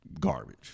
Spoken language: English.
garbage